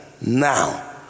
now